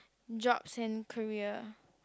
jobs and career